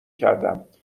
کردم؟ اگه